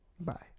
Bye